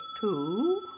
two